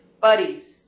Buddies